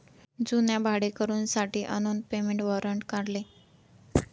जुन्या भाडेकरूंसाठी अनुने पेमेंट वॉरंट काढले